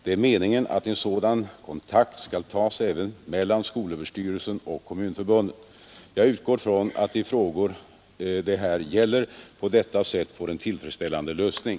Det är meningen att en sådan kontakt skall tas även mellan skolöverstyrelsen och kommunförbunden. Jag utgår från att de frågor det här gäller på detta sätt får en tillfredsställande lösning.